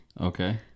Okay